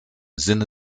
sinne